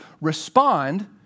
respond